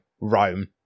Rome